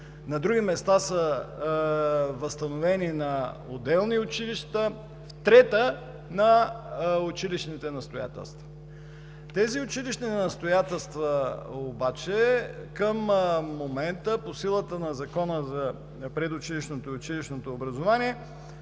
на други места са възстановени на отделни училища, в трети – на училищните настоятелства. Тези училищни настоятелства обаче към момента по силата на Закона за предучилищното и училищното образование